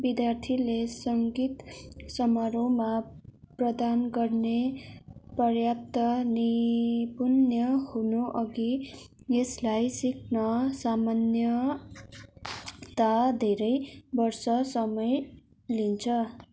विद्यार्थीले सङ्गीत समारोहमा प्रदान गर्ने पर्याप्त निपुण हुनुअघि यसलाई सिक्न सामान्यता धेरै वर्ष समय लिन्छ